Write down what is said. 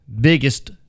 biggest